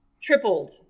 tripled